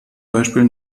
beispiel